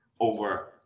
over